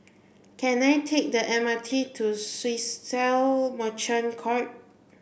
can I take the M R T to Swissotel Merchant Court